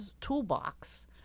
toolbox